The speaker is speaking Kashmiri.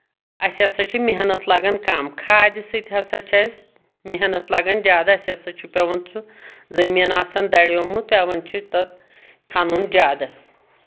اَسہِ ہسا چھِ محنت لگان کم کھادِ سۭتۍ ہسا چھِ اَسہِ محنت لگان زیادٕ اَسہِ ہسا چھُ پؠوان سُہ زٔمیٖن آسن دَریومُت پؠوان چھُ تتھ کھنُن زیادٕ